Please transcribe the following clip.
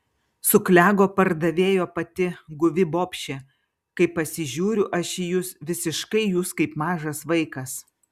suklego pardavėjo pati guvi bobšė kai pasižiūriu aš į jus visiškai jūs kaip mažas vaikas